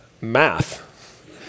math